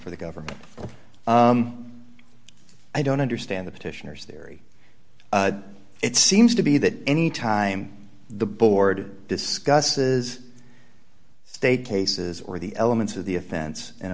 for the government i don't understand the petitioners theory it seems to be that any time the board discusses state cases or the elements of the offense